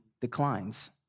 declines